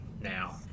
now